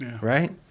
Right